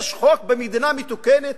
יש חוק במדינה מתוקנת,